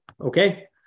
Okay